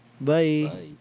Bye